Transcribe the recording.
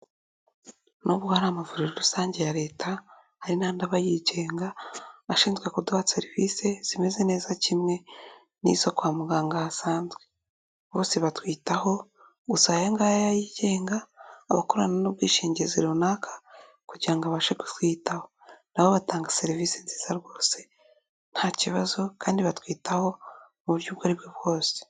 Nubwo hari amavuriro rusange ya Leta, hari n'aba yigenga ashinzwe kuduha serivisi zimeze neza kimwe n'izo kwa muganga hasanzwe; bose batwitaho, gusa aga ngaya yigenga aba akorana n'ubwishingizi runaka kugira ngo abashe kutwitaho. Na bo batanga serivisi nziza rwose nta kibazo kandi batwitaho mu buryo ubwo ari bwo bwose.